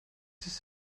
this